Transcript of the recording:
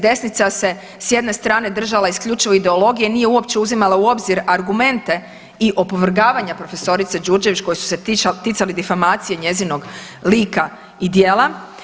Desnica se s jedne strane država isključivo ideologije, nije uopće uzimala u obzir argumente i opovrgavanja prof. Đurđević koji su se ticali difamacije i njezinog lika i djela.